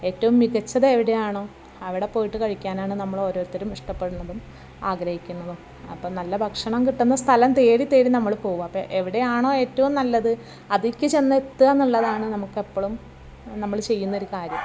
ഏറ്റവും മികച്ചത് എവിടെയാണോ അവിടെ പോയിട്ടു കഴിക്കാനാണ് നമ്മളോരോരുത്തരും ഇഷ്ടപ്പെടുന്നതും ആഗ്രഹിക്കുന്നതും അപ്പം നല്ല ഭക്ഷണം കിട്ടുന്ന സ്ഥലം തേടി തേടി നമ്മൾ പോകുക അപ്പം എവിടെയാണോ ഏറ്റവും നല്ലത് അതിലേക്കു ചെന്നെത്തിക്കാനുള്ളതാണ് നമുക്കെപ്പോഴും നമ്മൾ ചെയ്യുന്നൊരു കാര്യം